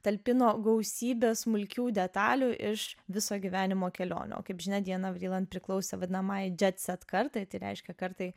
talpino gausybę smulkių detalių iš viso gyvenimo kelionių o kaip žinia diana vriland priklausė vadinamajai jet zed kartai tai reiškia kartai